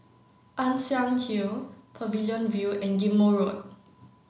Ann Siang Hill Pavilion View and Ghim Moh Road